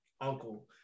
uncle